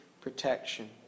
protection